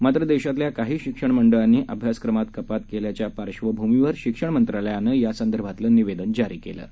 मात्र देशातल्या काही शिक्षणमंडळांना अभ्यासक्रमात कपात केल्याच्या पार्क्षभूमीवर शिक्षणमंत्रालयानं यासंदर्भातलं निवेदन जारी केलं आहे